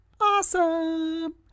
Awesome